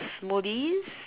smoothies